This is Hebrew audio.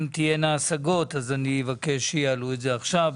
תהיינה השגות אז אני אבקש שיעלו את זה עכשיו.